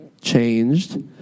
changed